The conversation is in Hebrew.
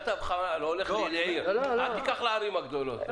אל תיקח את הערים הגדולות.